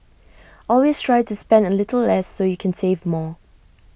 always try to spend A little less so you can save more